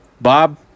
Bob